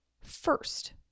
first